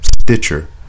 Stitcher